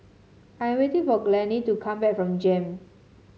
I waiting for Glennie to come back from JEM